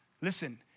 Listen